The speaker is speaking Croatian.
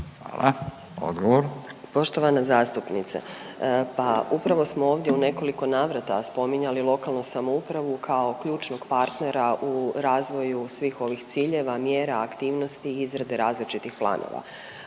Željka (HDZ)** Poštovana zastupnice pa upravo smo ovdje u nekoliko navrata spominjali lokalnu samoupravu kao ključnog partnera u razvoju svih ovih ciljeva, mjera, aktivnosti izrade različitih planova.